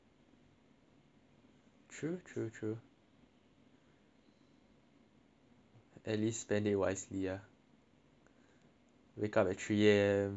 true true true at least spend it wisely ah wake up at three A_M thinking what to do